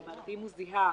כלומר אם הוא זיהה